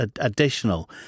additional